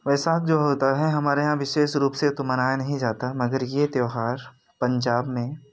वैसे जो होता है हमारे यहाँ विशेष रूप से तो मनाया नहीं जाता मगर ये त्यौहार पंजाब में